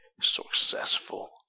successful